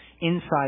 inside